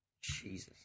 Jesus